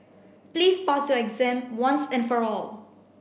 please pass your exam once and for all